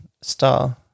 star